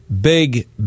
big